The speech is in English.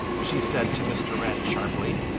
she said to mr. wren sharply.